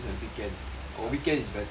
or weekends is better